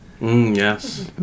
Yes